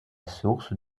source